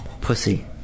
Pussy